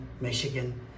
Michigan